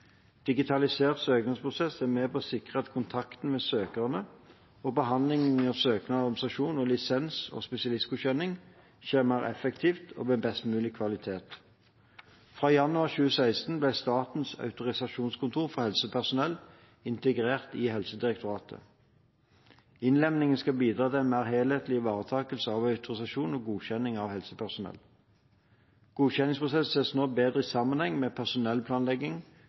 Digitalisert søknadsprosess er med på å sikre at kontakten med søkerne og behandlingen av søknader om autorisasjon, lisens og spesialistgodkjenning skjer mer effektivt og med best mulig kvalitet. Fra januar 2016 ble Statens autorisasjonskontor for helsepersonell integrert i Helsedirektoratet. Innlemmingen skal bidra til en mer helhetlig ivaretakelse av autorisasjon og godkjenning av helsepersonell. Godkjenningsprosessen ses nå bedre i sammenheng med personellplanlegging,